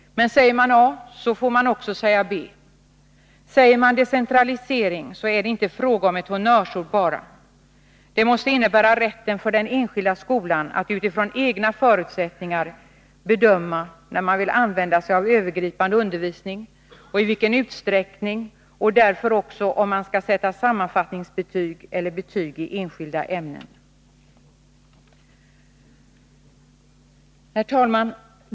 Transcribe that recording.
Men säger man A får man också säga B. Säger man decentralisering, så är det inte bara fråga om ett honnörsord. Det måste innebära rätten för den enskilda skolan att utifrån egna förutsättningar bedöma när och i vilken utsträckning den vill använda sig av övergripande undervisning och därför också om det skall sättas sammanfattningsbetyg eller betyg i enskilda ämnen. Herr talman!